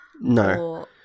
No